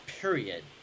period